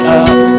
up